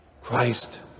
Christ